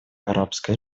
арабской